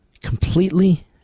Completely